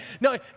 No